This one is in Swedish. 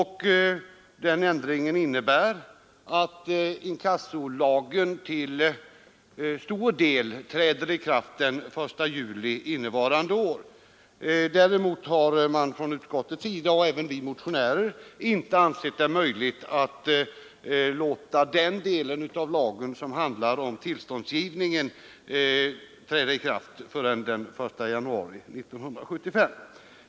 Den ändringen innebär att inkassolagen till stor del träder i kraft den 1 juli innevarande år. Däremot har varken utskottet eller vi motionärer ansett det möjligt att låta den del av lagen som handlar om tillståndsgivningen träda i kraft förrän den 1 januari 1975.